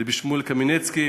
רבי שמואל קמינצקי,